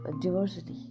diversity